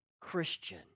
Christian